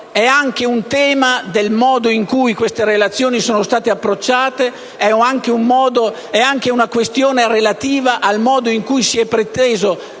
anche un tema del modo in cui queste relazioni sono state approcciate e anche una questione relativa al modo in cui si è preteso